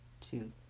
two